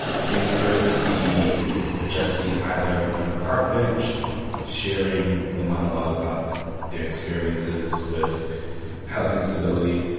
they first see jesse either on a park bench sharing the monologue about their experiences with housing instability,